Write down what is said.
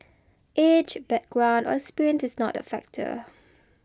age background or experience is not a factor